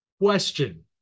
Question